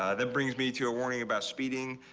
ah that brings me to a warning about speeding.